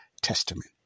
Testament